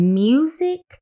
music